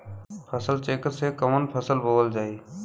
फसल चेकं से कवन फसल बोवल जाई?